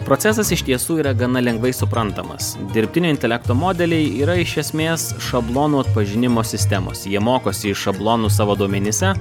procesas iš tiesų yra gana lengvai suprantamas dirbtinio intelekto modeliai yra iš esmės šablonų atpažinimo sistemos jie mokosi iš šablonų savo duomenyse